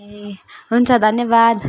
ए हुन्छ धन्यवाद